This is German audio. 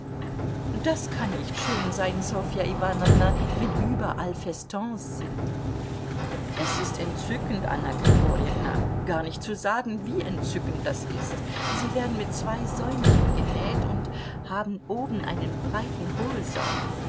das kann nicht schön sein ssofja iwanowna wenn überall festons sind es ist entzückend anna grigorjewna gar nicht zu sagen wie entzückend das ist sie werden mit zwei säumchen genäht und haben oben einen breiten hohlsaum